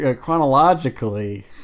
chronologically